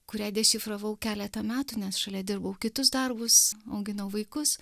kurią dešifravau keletą metų nes šalia dirbau kitus darbus auginau vaikus